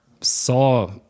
saw